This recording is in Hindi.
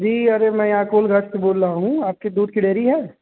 जी अरे मैं यहाँ कोलघाट से बोल रहा हूँ आप की दूध की डेरी है